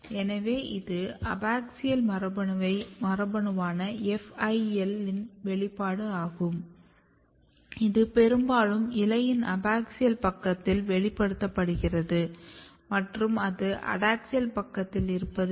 எனவேஇது அபாக்ஸியல் மரபணுவான FIL இன் வெளிப்பாடு ஆகும் இது பெரும்பாலும் இலையின் அபாக்சியல் பக்கத்தில் வெளிப்படுத்தப்படுகிறது மற்றும் அது அடாக்ஸியல் பக்கத்தில் இருப்பது இல்லை